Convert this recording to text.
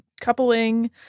coupling